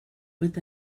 with